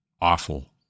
awful